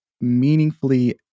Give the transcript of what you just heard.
meaningfully